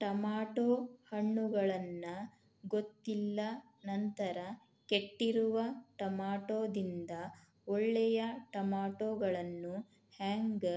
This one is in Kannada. ಟಮಾಟೋ ಹಣ್ಣುಗಳನ್ನ ಗೊತ್ತಿಲ್ಲ ನಂತರ ಕೆಟ್ಟಿರುವ ಟಮಾಟೊದಿಂದ ಒಳ್ಳೆಯ ಟಮಾಟೊಗಳನ್ನು ಹ್ಯಾಂಗ